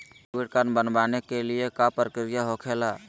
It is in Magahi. डेबिट कार्ड बनवाने के का प्रक्रिया होखेला?